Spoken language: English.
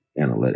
analytics